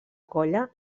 colla